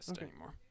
anymore